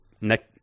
next